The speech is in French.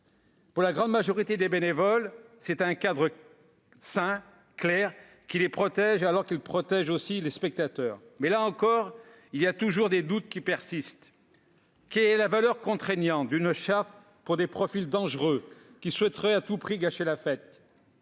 Pour la grande majorité des bénévoles, il s'agit d'un cadre sain, clair, qui les protège autant qu'il protège les spectateurs. Mais, là encore, des doutes persistent : quelle est la valeur contraignante d'une charte pour des profils dangereux qui souhaiteraient à tout prix gâcher la fête ?